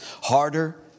harder